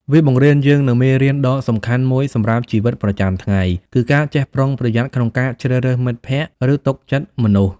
វាបង្រៀនយើងនូវមេរៀនដ៏សំខាន់មួយសម្រាប់ជីវិតប្រចាំថ្ងៃ គឺការចេះប្រុងប្រយ័ត្នក្នុងការជ្រើសរើសមិត្តភ័ក្តិ ឬទុកចិត្តមនុស្ស។